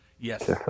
Yes